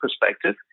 perspective